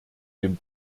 dem